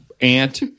aunt